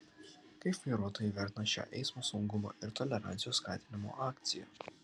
kaip vairuotojai vertina šią eismo saugumo ir tolerancijos skatinimo akciją